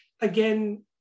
again